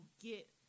get